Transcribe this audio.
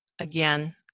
Again